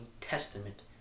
testament